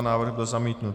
Návrh byl zamítnut.